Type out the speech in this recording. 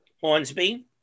Hornsby